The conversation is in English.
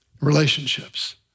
relationships